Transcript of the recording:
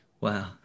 Wow